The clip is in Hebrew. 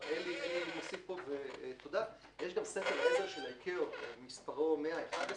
אלי מוסיף שיש ספר עזר של ה-ICAO מספרו 111,